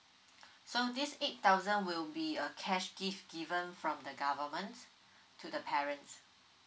so this eight thousand will be a cash gift given from the government to the parents